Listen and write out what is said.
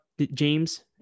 James